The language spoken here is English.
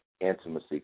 intimacy